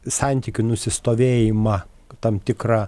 santykių nusistovėjimą tam tikrą